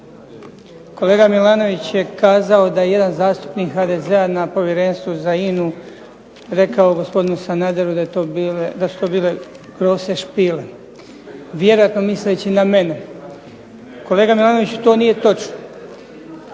Kolega Milanović je kazao da je jedan zastupnik HDZ-a na Povjerenstvu za INA-u rekao gospodinu Sanaderu da su to bile "grose spiele" vjerojatno misleći na mene. Kolega Milanoviću to nije točno.